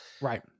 Right